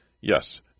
Yes